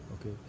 okay